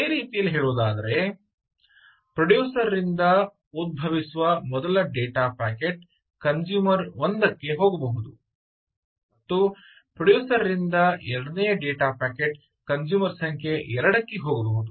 ಬೇರೆ ರೀತಿಯಲ್ಲಿ ಹೇಳುವುದಾದರೆ ಪ್ರೊಡ್ಯೂಸರ್ ರಿಂದ ಉದ್ಭವಿಸುವ ಮೊದಲ ಡೇಟಾ ಪ್ಯಾಕೆಟ್ ಕಂಜುಮರ್ ಒಂದಕ್ಕೆ ಹೋಗಬಹುದು ಮತ್ತು ಪ್ರೊಡ್ಯೂಸರ್ ರಿಂದ ಎರಡನೇ ಡೇಟಾ ಪ್ಯಾಕೆಟ್ ಕಂಜುಮರ್ ಸಂಖ್ಯೆ 2 ಕ್ಕೆ ಹೋಗಬಹುದು